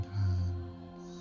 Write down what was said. hands